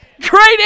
Great